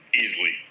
easily